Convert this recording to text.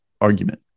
argument